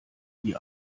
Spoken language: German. die